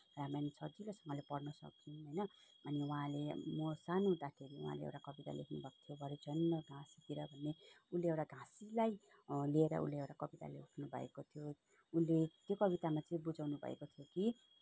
रामायण सजिलोसँगले पढ्न सक्छौँ होइन अनि उहाँले म सानो हुँदाखेरि उहाँले एउटा कविता लेख्नुभएको थियो भरजन्म घाँसतिर भन्ने उनले एउटा घाँसीलाई लिएर उनले एउटा कवितै लेख्नुभएको थियो उनले त्यो कवितामा चाहिँ बुझाउनु भएको थियो कि